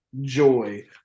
joy